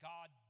God